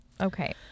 Okay